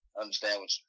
understand